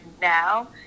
now